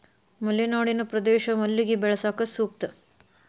ಮಲೆನಾಡಿನ ಪ್ರದೇಶ ಮಲ್ಲಿಗೆ ಬೆಳ್ಯಾಕ ಸೂಕ್ತ